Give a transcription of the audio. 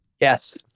Yes